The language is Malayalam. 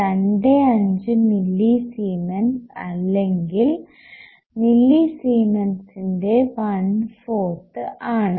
25 മില്ലിസീമെൻസ് അല്ലെങ്കിൽ മില്ലിസീമെന്റെ വൺ ഫോർത് ആണ്